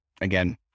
again